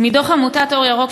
מדוח עמותת "אור ירוק",